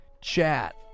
chat